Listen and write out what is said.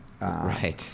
Right